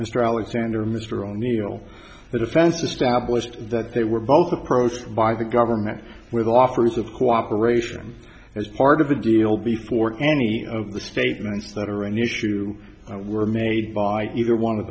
mr alexander mr o'neil the defense established that they were both approached by the government with offers of cooperation as part of the deal before any of the statements that are an issue were made by either one of